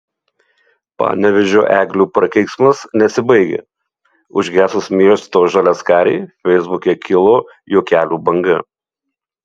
panevėžio eglių prakeiksmas nesibaigia užgesus miesto žaliaskarei feisbuke kilo juokelių banga